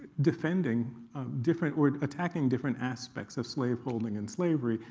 defending different or attacking different aspects of slaveholding and slavery.